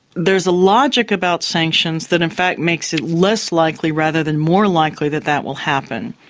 there's a logic about sanctions that in fact makes it less likely rather than more likely that that will happen,